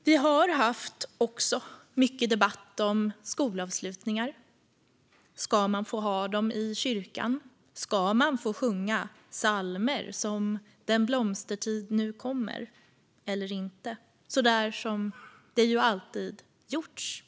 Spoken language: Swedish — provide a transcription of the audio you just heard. Vi har också haft mycket debatt om skolavslutningar. Ska man få hålla dem i kyrkan? Ska man få sjunga psalmer som Den blomstertid nu kommer - så där som man alltid gjort - eller inte?